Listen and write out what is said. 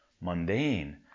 mundane